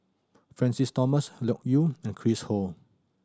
Francis Thomas Loke Yew and Chris Ho